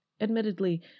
Admittedly